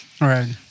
Right